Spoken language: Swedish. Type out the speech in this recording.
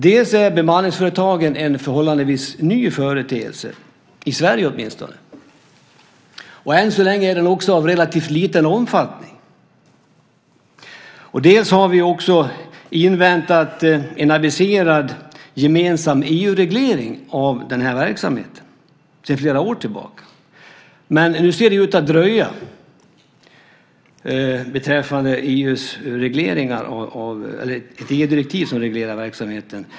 Dels är bemanningsföretagen en förhållandevis ny företeelse, åtminstone i Sverige, och än så länge av relativt liten omfattning, dels har vi inväntat en aviserad gemensam EU-reglering av verksamheten - det gäller sedan flera år tillbaka. Men nu ser det ut att dröja med ett EU-direktiv som reglerar verksamheten.